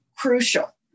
crucial